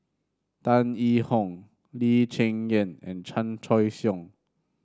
Tan Yee Hong Lee Cheng Yan and Chan Choy Siong